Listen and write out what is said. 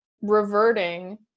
reverting